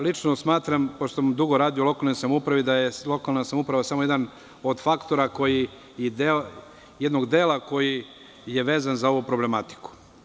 Lično smatram, pošto sam dugo radio u lokalnoj samoupravi, da je lokalna samouprava samo jedan od faktora koji je vezan za ovu problematiku.